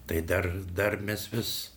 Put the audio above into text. tai dar dar mes vis